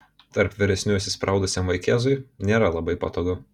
tarp vyresnių įsispraudusiam vaikūzui nėra labai patogu